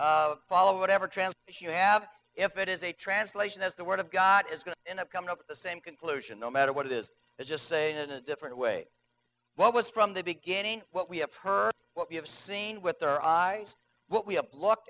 bible follow whatever trans she have if it is a translation as the word of god is going to end up coming up the same conclusion no matter what it is it's just saying in a different way what was from the beginning what we have heard what we have seen with their eyes what we have looked